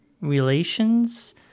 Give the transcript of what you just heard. relations